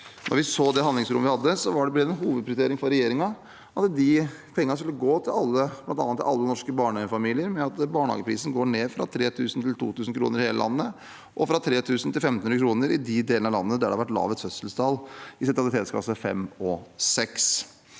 Da vi så det handlingsrommet vi hadde, ble det en hovedprioritering for regjeringen at de pengene skulle gå bl.a. til alle norske barnefamilier ved at barnehageprisen går ned fra 3 000 kr til 2 000 kr i hele landet, og fra 3 000 kr til 1 500 kr i de delene av landet der det har vært lavest fødselstall, i sentralitetsklasse 5 og 6.